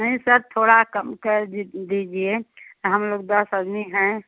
नहीं सर थोड़ा कम कर दीजिए हम लोग दस आदमी हैं